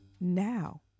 now